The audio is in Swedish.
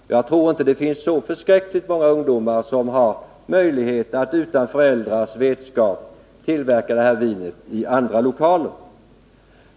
Men jag tror inte att det finns så förskräckligt många ungdomar som har möjlighet att utan föräldrarnas vetskap tillverka snabbvin i andra lokaler.